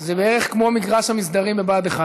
זה בערך כמו מגרש המסדרים בבה"ד 1,